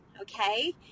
okay